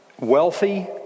wealthy